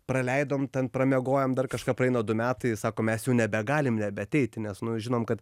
praleidom ten pramiegojom dar kažką praeina du metai sako mes jau nebegalim nebeateiti nes nu žinom kad